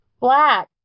Black